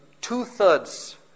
two-thirds